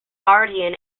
guardian